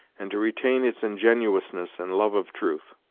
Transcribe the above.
and to retain its ingenuousness and love of truth.